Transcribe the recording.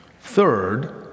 Third